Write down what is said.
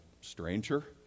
stranger